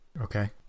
Okay